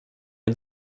est